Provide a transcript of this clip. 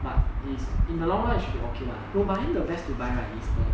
but is in the long run should okay lah you minding the best to buy right is the